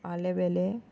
आलें बेलें